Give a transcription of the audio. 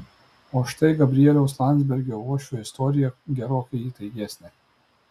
o štai gabrieliaus landsbergio uošvio istorija gerokai įtaigesnė